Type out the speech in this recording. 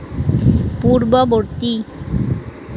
পূৰ্ববৰ্তী